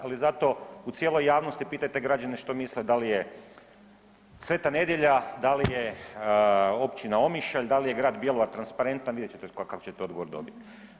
Ali zato u cijeloj javnosti pitajte građane što misle da li je Svega Nedjelja, da li je općina Omišalj, da je li je grad Bjelovar transparentan vidjet ćete kakav ćete odgovor dobiti.